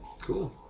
Cool